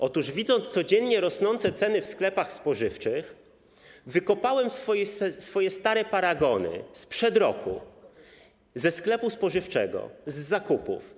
Otóż widząc codziennie rosnące ceny w sklepach spożywczych, wykopałem swoje stare paragony sprzed roku, ze sklepu spożywczego, z zakupów.